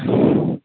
अ